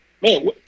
man